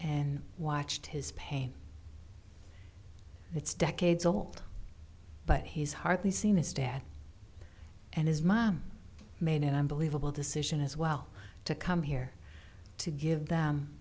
and watched his pain it's decades old but he's hardly seen his dad and his mom made an unbelievable decision as well to come here to give them